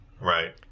right